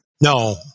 No